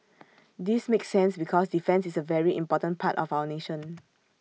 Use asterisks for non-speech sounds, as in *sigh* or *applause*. this makes sense because defence is A very important part of our nation *noise*